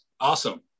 Awesome